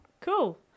Cool